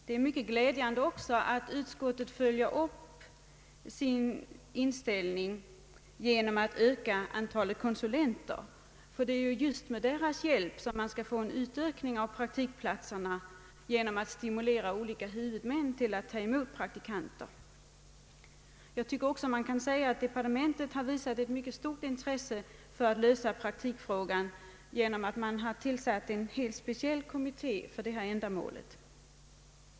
Det är också mycket glädjande att utskottet följer upp sitt uttalande angående ett ökat antal praktikplatser med förslag om en utökning av antalet konsulenter. Det är ju med deras hjälp olika huvudmän skall stimuleras att ta emot ett utökat antal praktikanter. Departementet har också visat ett mycket stort intresse av att lösa praktikfrågan genom att tillsätta en speciell kommitté för ändamålet.